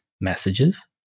messages